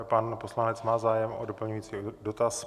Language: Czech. Pan poslanec má zájem o doplňující dotaz.